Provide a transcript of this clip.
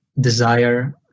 desire